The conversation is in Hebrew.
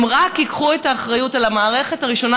הם רק ייקחו את האחריות למערכת הראשונה